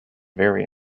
very